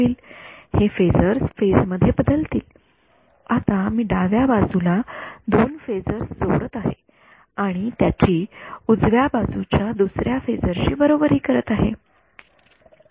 हे phasors phase मध्ये बदलतील आता मी डाव्या बाजूला दोन फेजर्सजोडत आहे आणि त्याची उजव्या बाजूच्या दुसर्या फेजर शी बरोबरी करत आहे